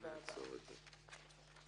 בישיבה הבאה